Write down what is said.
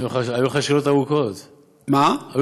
היו לך שאלות ארוכות ומשמעותיות.